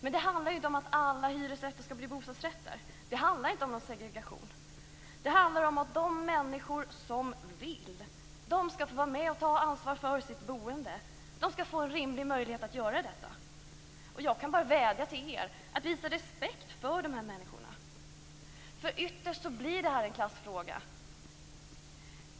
Men det handlar inte om att alla hyresrätter skall bli bostadsrätter. Det handlar inte om någon segregation. Det handlar om att de människor som vill vara med och ta ansvar för sitt boende skall få en rimlig möjlighet att göra detta. Jag kan bara vädja till er att visa respekt för de här människorna. Ytterst blir ju det här en klassfråga.